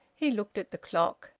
he looked at the clock.